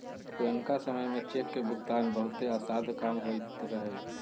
पुरनका समय में चेक के भुगतान बहुते असाध्य काम होइत रहै